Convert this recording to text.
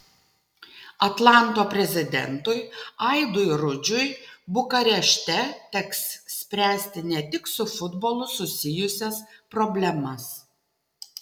atlanto prezidentui aidui rudžiui bukarešte teks spręsti ne tik su futbolu susijusias problemas